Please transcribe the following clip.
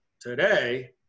today